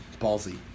ballsy